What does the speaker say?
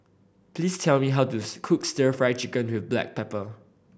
please tell me how to cook Stir Fry Chicken with black pepper